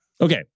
Okay